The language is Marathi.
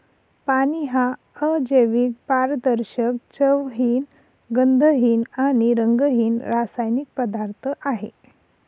पाणी हा अजैविक, पारदर्शक, चवहीन, गंधहीन आणि रंगहीन रासायनिक पदार्थ आहे